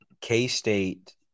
K-State